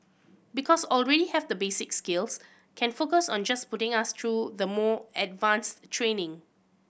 because already have the basic skills can focus on just putting us through the more advanced training